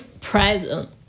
present